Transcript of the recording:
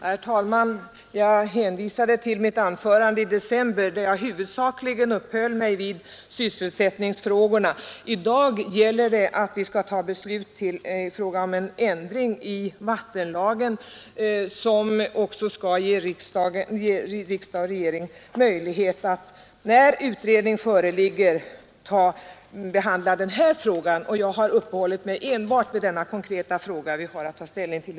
Herr talman! Jag hänvisade till mitt anförande i december, då jag huvudsakligen uppehöll mig vid sysselsättningsfrågorna. I dag gäller det att fatta ett beslut om ändring i vattenlagen för att ge riksdag och regering möjlighet att behandla denna fråga när utredningens resultat föreligger. Jag har här enbart uppehållit mig vid den konkreta fråga vi i dag har att ta ställning till.